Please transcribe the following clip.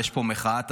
יש פה מחאת הסרדינים,